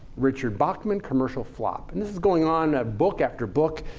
richard bachman commercial flop. and this is going on ah book after book.